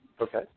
Okay